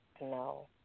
No